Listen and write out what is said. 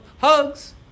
hugs